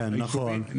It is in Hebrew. כן, נכון.